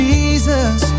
Jesus